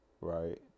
right